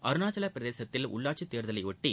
அருணாச்சலப் பிரதேசத்தில் உள்ளாட்சித் தேர்தலையொட்டி